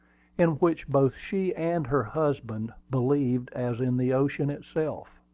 in which both she and her husband believed as in the ocean itself.